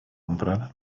comprar